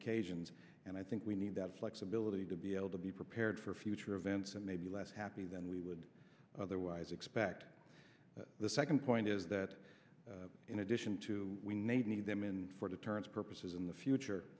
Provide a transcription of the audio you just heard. occasions and i think we need that flexibility to be able to be prepared for future events and may be less happy than we would otherwise expect the second point is that in addition to we need them in for deterrence purposes in the future